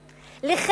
בבוסתאן-אלמרג'.